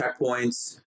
checkpoints